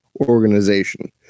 organization